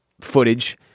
footage